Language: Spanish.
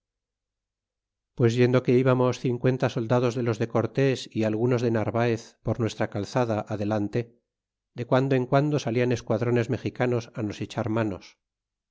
pues yendo que íbamos cincuenta soldados de los de cortés y algunos de narvaez por nuestra calzada adelan te de guando en guando salian esquadrones mexicanos nos echar manos